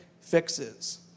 fixes